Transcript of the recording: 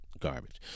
garbage